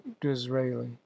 Disraeli